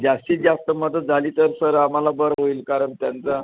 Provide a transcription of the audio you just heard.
जास्तीत जास्त मदत झाली तर सर आम्हाला बरं होईल कारण त्यांचा